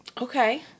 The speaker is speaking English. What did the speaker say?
okay